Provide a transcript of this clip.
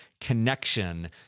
connection